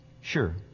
Sure